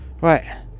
Right